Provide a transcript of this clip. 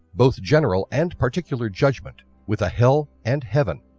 both general and particular judgement with a hell and heaven.